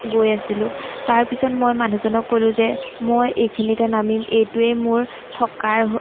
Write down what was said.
গৈ আছিলোঁ তাৰপিছত মই মানুহজনক ক'লোঁ যে মই এইখিনিতে নামিম এইটোৱেই মোৰ থকাৰ